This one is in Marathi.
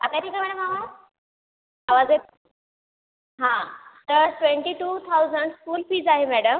आता ठीक आहे मॅडम आवाज आवाज ये हा तर twenty two thousand school fees आहे मॅडम